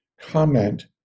comment